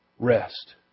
Rest